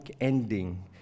ending